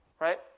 Right